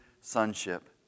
sonship